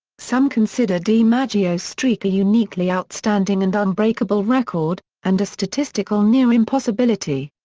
some consider dimaggio's streak a uniquely outstanding and unbreakable record, and a statistical near-impossibility.